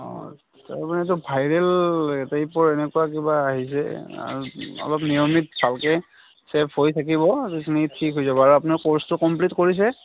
অঁ তাৰমানে এইটো ভাইৰেল টাইপৰ এনেকুৱা কিবা আহিছে অলপ নিয়মিত ভালকৈ ছেইফ হৈ থাকিব আৰু এইখিনি ঠিক হৈ যাব আৰু আপোনাৰ কোৰ্চটো কমপ্লিট কৰিছে